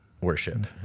worship